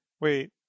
Wait